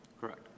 Correct